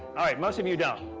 alright. most of you don't.